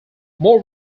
more